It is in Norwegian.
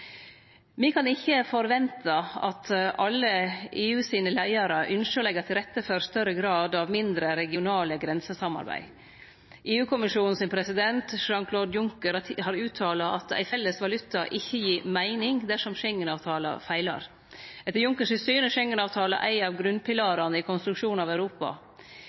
Me kan ikkje forvente at alle EU sine leiarar ynskjer å leggje til rette for større grad av mindre regionale grensesamarbeid. EU-kommisjonen sin president, Jean-Claude Juncker, har uttala at ein felles valuta ikkje gir meining dersom Schengen-avtalen feilar. Etter Juncker sitt syn er Schengen-avtalen ein av grunnpilarane i konstruksjonen av Europa.